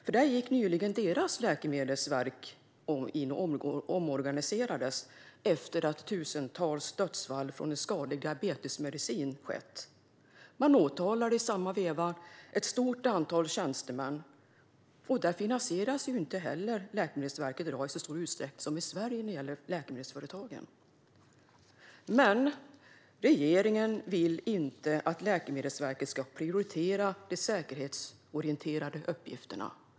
Där omorganiserades nyligen deras läkemedelsverk efter tusentals dödsfall på grund av en skadlig diabetesmedicin. Ett stort antal tjänstemän åtalades. Där finansieras inte heller läkemedelsverket i samma utsträckning som i Sverige av läkemedelsföretagen. Regeringen vill dock inte att Läkemedelsverket ska prioritera de säkerhetsorienterade uppgifterna.